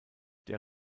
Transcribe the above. der